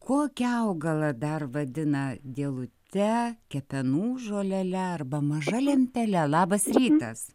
kokį augalą dar vadina dėlute kepenų žolele arba maža lempele labas rytas